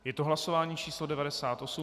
Je to hlasování číslo 98.